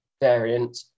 variant